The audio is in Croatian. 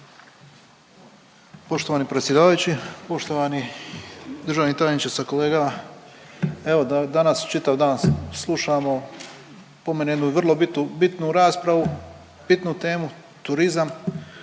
Poštovani predsjedavajući, poštovani državni tajniče sa kolegama, evo danas čitav dan slušamo po meni jednu vrlo bitnu, bitnu raspravu, bitnu temu, turizam